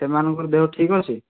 ସେମାନଙ୍କର ଦେହ ଠିକ୍ ଅଛି